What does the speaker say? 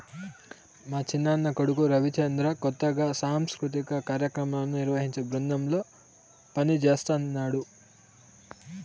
మా చిన్నాయన కొడుకు రవిచంద్ర కొత్తగా సాంస్కృతిక కార్యాక్రమాలను నిర్వహించే బృందంలో పనిజేస్తన్నడు